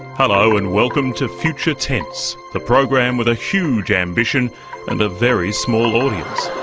hello and welcome to future tense, the program with a huge ambition and a very small audience.